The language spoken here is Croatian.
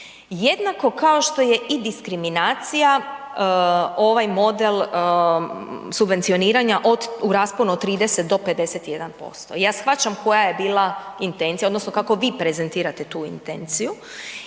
Jednako kao što je i diskriminacija ovaj model subvencioniranja u rasponu od 30 do 51%. I ja shvaćam koja je bila intencija odnosno kako vi prezentirate tu intenciju.